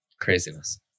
Craziness